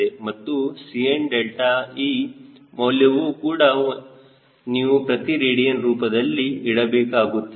ಮತ್ತು 𝐶nðe ಮೌಲ್ಯವು ಕೂಡ ನೀವು ಪ್ರತಿ ರೇಡಿಯನ್ ರೂಪದಲ್ಲಿ ಇಡಬೇಕಾಗುತ್ತದೆ